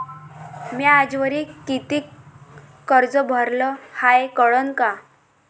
म्या आजवरी कितीक कर्ज भरलं हाय कळन का?